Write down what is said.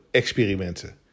experimenten